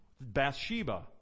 Bathsheba